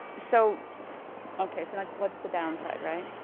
so okay, so like what's the downside, right?